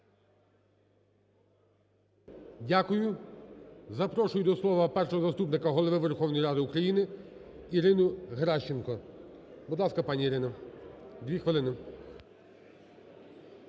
Дякую. Запрошую до слова першого заступника Голови Верховної Ради України Ірину Геращенко. Будь ласка, пані Ірино, дві хвилини.